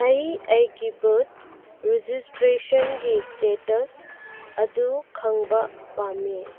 ꯑꯩ ꯑꯩꯒꯤ ꯕꯨꯠ ꯔꯦꯖꯤꯁꯇ꯭ꯔꯦꯁꯟꯒꯤ ꯏꯁꯇꯦꯇꯁ ꯑꯗꯨ ꯈꯪꯕ ꯄꯥꯝꯃꯤ